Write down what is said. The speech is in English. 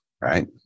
right